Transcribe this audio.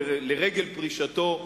לרגל פרישתו,